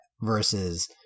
versus